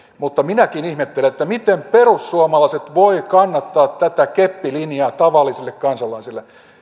mutta minäkin ihmettelen miten perussuomalaiset voi kannattaa tätä keppilinjaa tavallisille kansalaisille